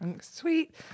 Sweet